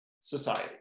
society